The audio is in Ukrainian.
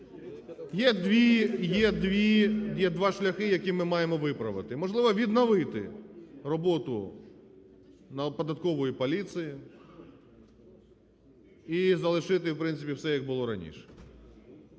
Є два шляхи, які ми маємо виправити: можливо, відновити роботу податкової поліції і залишити, в принципі, все, як було раніше.